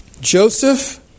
Joseph